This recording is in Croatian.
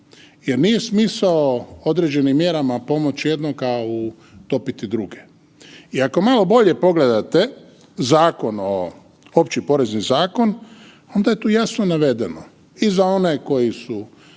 jer nije smisao određenim mjerama pomoć jednoga, a utopiti druge. I ako malo bolje pogledate Opći porezni zakon onda je tu jasno navedeno i za one koji su